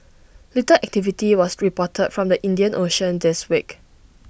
little activity was reported from the Indian ocean this week